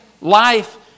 life